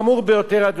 אדוני היושב-ראש.